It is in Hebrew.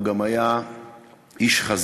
הוא היה גם איש חזון,